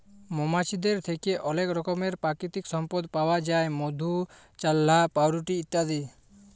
মমাছিদের থ্যাকে অলেক রকমের পাকিতিক সম্পদ পাউয়া যায় মধু, চাল্লাহ, পাউরুটি ইত্যাদি